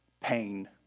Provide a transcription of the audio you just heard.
Pain